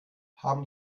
haben